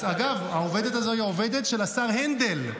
אגב, העובדת הזו היא עובדת של השר הנדל.